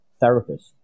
therapist